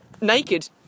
naked